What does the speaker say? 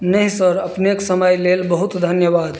नहि सर अपनेक समय लेल बहुत धन्यवाद